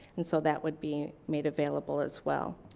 and so that would be made available as well.